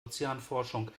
ozeanforschung